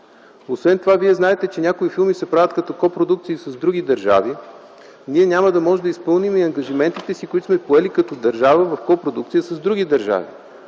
Освен това, Вие знаете, че някои филми се правят като копродукции с други държави – ние няма да можем да изпълним ангажиментите си, които сме поели като държава в копродукции с други държави.